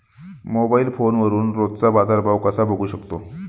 Mobile फोनवरून रोजचा बाजारभाव कसा बघू शकतो?